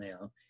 now